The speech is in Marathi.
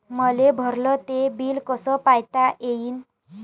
मले भरल ते बिल कस पायता येईन?